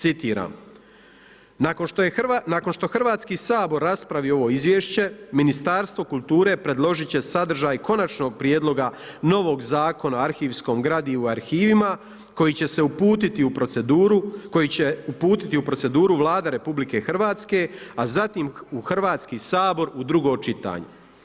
Citiram: Nakon što Hrvatski sabor raspravi ovo izvješće, Ministarstvo kulture predložiti će sadržaj konačnog prijedloga novog Zakona o arhivskom gradivu i arhivima koji će se uputiti u proceduru, koji će uputiti u proceduru Vlada RH, a zatim u Hrvatski sabor u drugo čitanje.